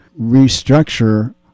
restructure